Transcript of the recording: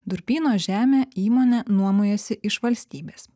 durpyno žemę įmonė nuomojasi iš valstybės